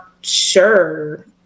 sure